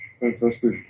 Fantastic